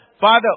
Father